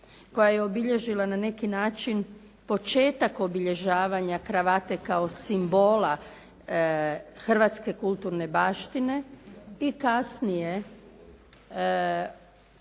koja je obilježila na neki način početak obilježavanja kravate kao simbola hrvatske kulturne baštine i kasnije, poslije